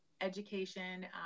education